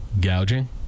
gouging